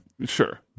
Sure